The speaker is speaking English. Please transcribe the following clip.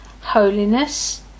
holiness